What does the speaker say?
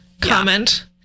Comment